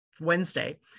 Wednesday